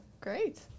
great